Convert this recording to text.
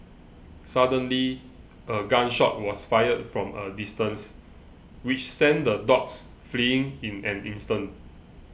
suddenly a gun shot was fired from a distance which sent the dogs fleeing in an instant